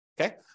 okay